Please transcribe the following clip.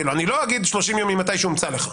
אני לא אגיד 30 יום ממתי שהומצא לך.